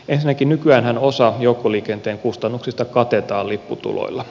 ensinnäkin nykyäänhän osa joukkoliikenteen kustannuksista katetaan lipputuloilla